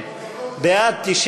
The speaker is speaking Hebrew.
סעיפים 1 2 נתקבלו.